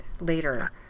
later